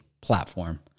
platform